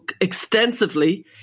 extensively